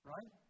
Right